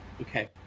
Okay